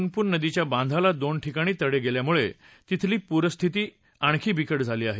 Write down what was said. बिहारमध्ये पुनपुन नदीच्या बांधाला दोन ठिकाणी तडे गेल्यामुळे तिथली पूरस्थिती आणखी बिकट झाली आहे